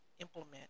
implement